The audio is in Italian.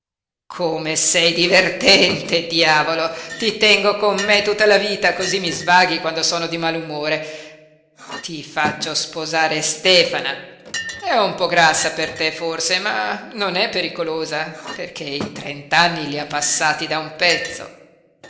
come sei divertente diavolo ti tengo con me tutta la vita cosí mi svaghi quando sono di malumore ti faccio sposare stefana è un po grassa per te forse ma non è pericolosa perché i trent'anni li ha passati da un pezzo